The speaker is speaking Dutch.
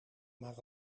maar